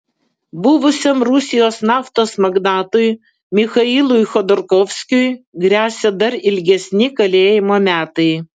buvusiam rusijos naftos magnatui michailui chodorkovskiui gresia dar ilgesni kalėjimo metai